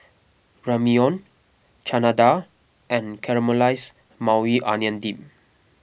Ramyeon Chana Dal and Caramelized Maui Onion Dip